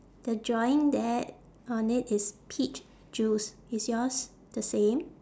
the drawing that on it is peach juice is yours the same